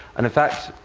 and in fact,